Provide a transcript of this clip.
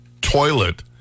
toilet